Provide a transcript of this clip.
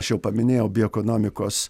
aš jau paminėjau bioekonomikos